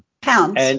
Pounds